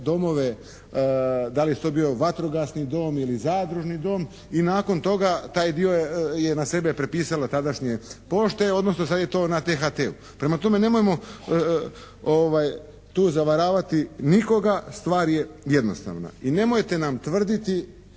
domove, da li je to bio vatrogasni dom ili zadružni dom i nakon toga taj dio je na sebe prepisalo tadašnje pošte, odnosno sad je to na THT-u. Prema tome, nemojmo tu zavaravati nikoga, stvar je jednostavna i nemojte nam tvrditi